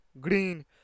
green